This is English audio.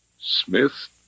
Smith